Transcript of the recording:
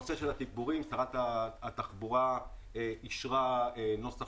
בנושא התגבורים שרת התחבורה אישרה נוסח